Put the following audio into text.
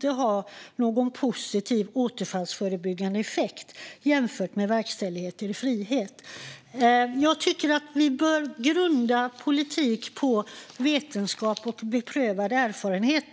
tycks ha någon positiv återfallsförebyggande effekt jämfört med verkställighet i frihet. Jag tycker att vi bör grunda politik på vetenskap och beprövad erfarenhet.